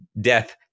death